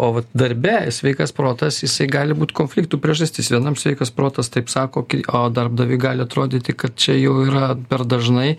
o vat darbe sveikas protas jisai gali būt konfliktų priežastis vienam sveikas protas taip sako o darbdaviui gali atrodyti kad čia jau yra per dažnai